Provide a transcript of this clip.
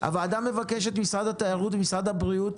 הוועדה מבקשת ממשרד התיירות וממשרד הבריאות